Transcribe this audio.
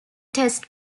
test